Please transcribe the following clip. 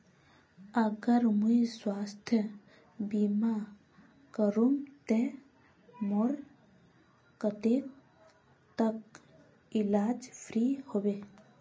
अगर मुई स्वास्थ्य बीमा करूम ते मोर कतेक तक इलाज फ्री होबे?